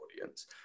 audience